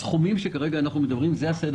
הסכומים שכרגע אנחנו מדברים עליהם הם סדר